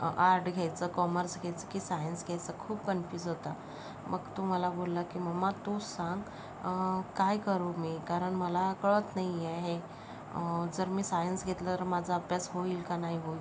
art घ्यायचं commerce घ्यायचं की सायन्स घ्यायचं खूप कन्फ्यूज होता मग तो मला बोलला की मम्मा तूच सांग काय करू मी कारण मला कळत नाही आहे जर मी सायन्स घेतल्यावर माझा अभ्यास होईल का नाही होईल